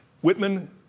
Whitman